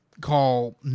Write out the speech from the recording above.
call